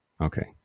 Okay